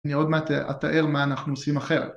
‫אני עוד מעט אתאר ‫מה אנחנו עושים אחרת.